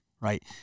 right